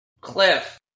Cliff